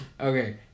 okay